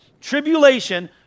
Tribulation